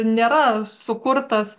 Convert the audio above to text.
nėra sukurtas